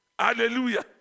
Hallelujah